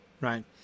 right